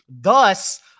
Thus